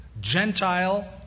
Gentile